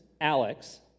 Alex